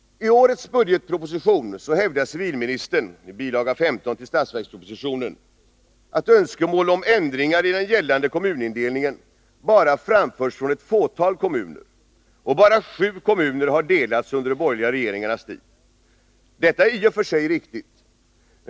I årets budgetproposition hävdar civilministern, i bil. 15, att önskemål om ändringar i den gällande kommunindelningen bara framförts från ett fåtal kommuner. Och endast sju kommuner har delats under de borgerliga regeringarnas tid. Detta är i och för sig riktigt.